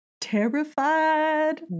terrified